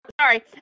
Sorry